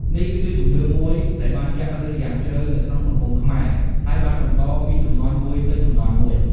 នេះគឺជាជំនឿមួយដែលបានចាក់ឫសយ៉ាងជ្រៅនៅក្នុងសង្គមខ្មែរ ហើយបានបន្តពីជំនាន់មួយទៅជំនាន់មួយ។